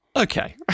Okay